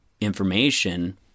information